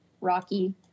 rocky